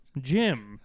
Jim